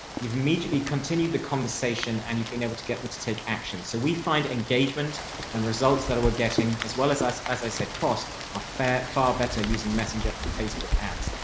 you've immediately continued the conversation and you've been able to get them to take action. so we find engagement and results that are getting as well as as, as i said, costs are ah far, far better using messenger for facebook ads.